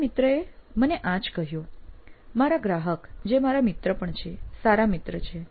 મારા મિત્રએ મને આ જ કહ્યું મારા ગ્રાહક જે મારા મિત્ર પણ છે સારા મિત્ર છે